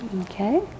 Okay